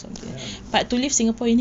ya